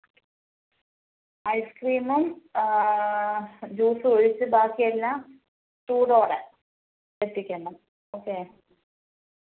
ice ക്രീമും ജൂസുമൊഴിച്ച് ബാക്കിയെല്ലാം ചൂടോടെ എത്തിക്കണം ഓക്കെ